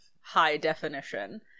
high-definition